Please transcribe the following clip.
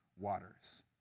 waters